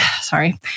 sorry